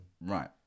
Right